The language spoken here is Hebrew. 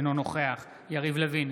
אינו נוכח יריב לוין,